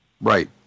Right